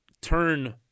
turn